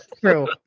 True